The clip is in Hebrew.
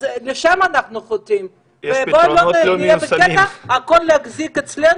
אז לשם אנחנו חותרים ובוא לא נהיה בקטע של הכול להחזיק אצלנו,